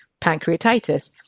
pancreatitis